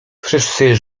wszyscy